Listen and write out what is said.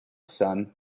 son